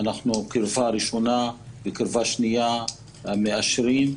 קרבה ראשונה וקרבה שנייה אנחנו מאשרים,